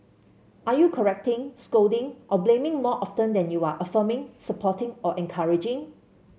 are you correcting scolding or blaming more often than you are affirming supporting or encouraging